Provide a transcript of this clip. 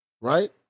Right